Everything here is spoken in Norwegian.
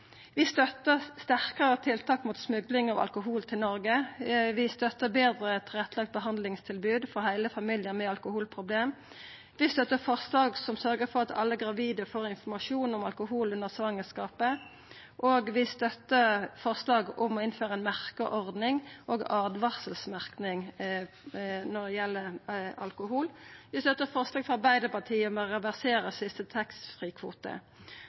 Vi støttar sterkare tiltak mot smugling av alkohol til Noreg. Vi støttar betre tilrettelagt behandlingstilbod for heile familiar med alkoholproblem. Vi støttar forslag som sørgjer for at alle gravide får informasjon om alkohol under svangerskapet. Vi støttar forslag om å innføra ei merkeordning og åtvaringsmerking når det gjeld alkohol. Vi støttar forslaget frå Arbeidarpartiet om å reversera den siste